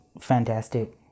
fantastic